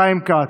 חיים כץ,